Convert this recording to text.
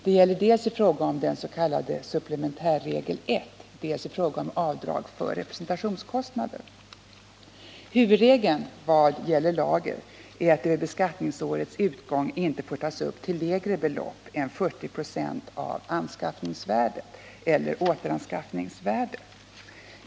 Det gäller dels i fråga om den s.k. supplementärregel 1, dels i fråga om avdrag för representationskostnader. Huvudregeln vad gäller lager är att lagret vid beskattningsårets utgång inte får tas upp till lägre belopp än 40 96 av anskaffningsvärdet eller återanskaffningsvärdet.